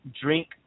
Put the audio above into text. drink